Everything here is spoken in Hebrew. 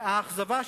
והאכזבה,